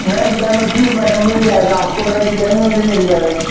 नए डिजाइन में जी मैडम मिल जाएगा आपको नए डिजाइन में भी मिल जाएगा